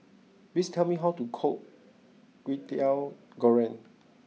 please tell me how to cook Kwetiau Goreng